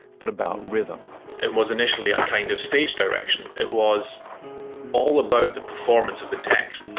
but about rhythm it was initially a kind of stage direction, it was all about the performance of the text.